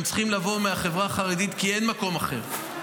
הם צריכים לבוא מהחברה החרדית, כי אין מקום אחר.